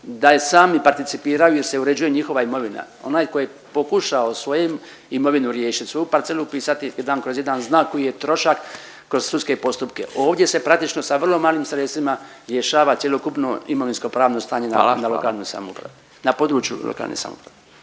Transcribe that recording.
je sami participiraju jer se uređuje njihova imovina. Onaj ko je pokušao svoju imovinu riješit, svoju parcelu upisati 1/1 zna koji je trošak kroz sudske postupke. Ovdje se praktično sa vrlo malim sredstvima rješava cjelokupno imovinskopravno stanje…/Upadica Radin: Hvala,